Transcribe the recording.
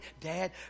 Dad